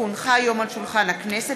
כי הונחה היום על שולחן הכנסת,